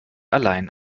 allein